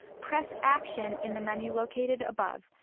press action in the menu located above,